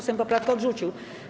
Sejm poprawkę odrzucił.